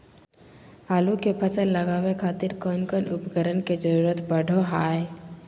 आलू के फसल लगावे खातिर कौन कौन उपकरण के जरूरत पढ़ो हाय?